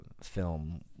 film